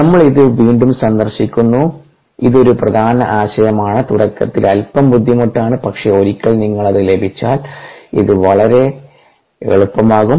നമ്മൾ ഇത് വീണ്ടും സന്ദർശിക്കുന്നു ഇത് ഒരു പ്രധാന ആശയമാണ് തുടക്കത്തിൽ അൽപം ബുദ്ധിമുട്ടാണ് പക്ഷേ ഒരിക്കൽ നിങ്ങൾക്കത് ലഭിച്ചാൽ ഇത് വളരെ എളുപ്പമാകും